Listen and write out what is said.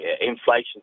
inflation